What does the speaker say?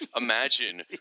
imagine